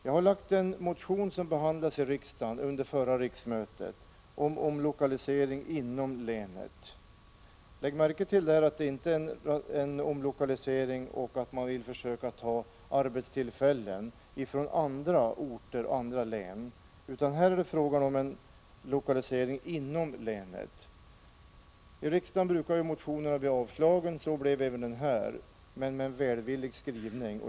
Jag har väckt en motion, som behandlades i riksdagen under förra riksmötet, om omlokalisering inom länet. Lägg märke till att det inte är omlokalisering så att man vill försöka ta arbetstillfällen från andra orter och andra län, utan här är det fråga om en lokalisering inom länet. I riksdagen brukar motionerna bli avslagna och så blev även den här, men med en välvillig skrivning.